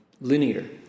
linear